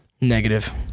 Negative